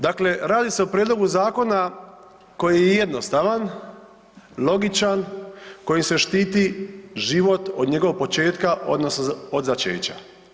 Dakle, radi se o prijedlogu zakona koji je jednostavan, logičan, kojim se štiti život o njegovog početka odnosno od začeća.